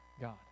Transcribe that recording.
God